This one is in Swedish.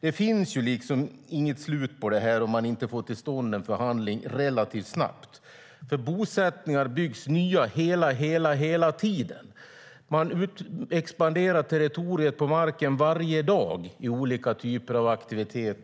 Det finns inget slut på det här om man inte får till stånd en förhandling relativt snabbt. Nya bosättningar byggs hela tiden. Man expanderar territoriet på marken varje dag i olika typer av aktiviteter.